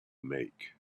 make